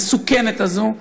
המסוכנת הזאת,